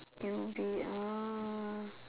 newbie ah